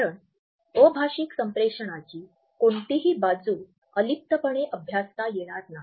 कारण अभाषिक संप्रेषणाची कोणतीही बाजू अलिप्तपणे अभ्यासिता येणार नाही